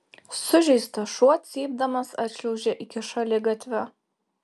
sužeistas šuo cypdamas atšliaužė iki šaligatvio